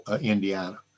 Indiana